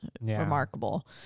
remarkable